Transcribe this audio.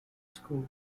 school